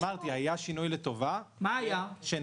אמרתי, היה שינוי לטובה שנעצר.